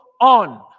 on